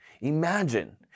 Imagine